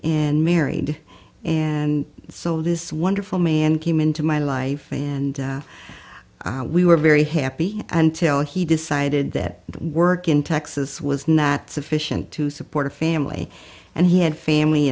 and married and so this wonderful man came into my life and we were very happy until he decided that the work in texas was not sufficient to support a family and he had family